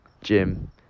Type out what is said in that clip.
gym